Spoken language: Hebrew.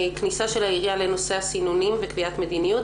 כניסה של העירייה לנושא הסינונים וקביעת מדיניות,